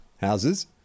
Houses